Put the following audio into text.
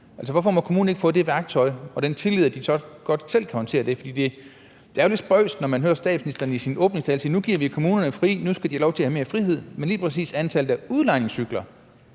Hvorfor må kommunen ikke få det værktøj og den tillid til, at de godt selv kan håndtere det? Det er jo lidt spøjst, når man hører statsministeren i sin åbningstale sige: Nu giver vi kommunerne fri, nu skal de have lov til at have mere frihed. Men lige præcis antallet af udlejningscykler